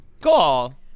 Cool